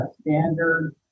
standard